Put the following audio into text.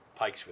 Pikesville